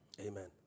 Amen